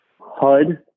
HUD